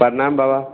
प्रणाम बाबा